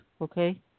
okay